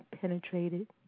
penetrated